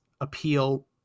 appeal